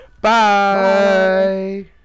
Bye